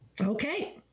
Okay